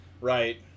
right